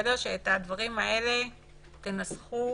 הדברים האלה תנסחו,